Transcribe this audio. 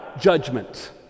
judgment